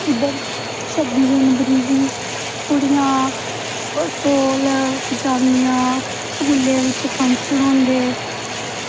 इध्दर छब्बी जनबरी गी कुड़ियां ढोल बजांदियां स्कूले बिच्च फंक्शन होंदे